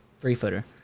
three-footer